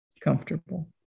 comfortable